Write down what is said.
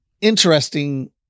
interesting